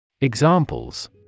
Examples